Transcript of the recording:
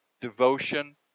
devotion